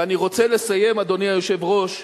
ואני רוצה לסיים, אדוני היושב-ראש,